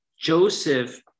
Joseph